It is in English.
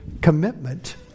commitment